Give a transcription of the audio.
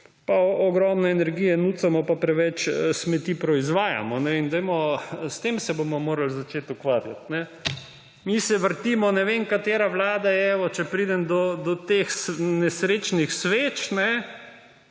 pa ogromno energije rabimo pa preveč smeti proizvajamo. S tem se bomo morali začeti ukvarjati. Mi se vrtimo, ne vem, katera vlada je, evo, če pridem do teh nesrečnih sveč